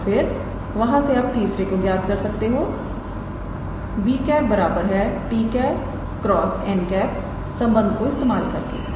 और फिर वहां से आप तीसरे को भी ज्ञात कर सकते हो 𝑏̂ 𝑡̂× 𝑛̂ संबंध को इस्तेमाल करके